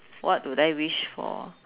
what do I wish for